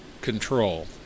control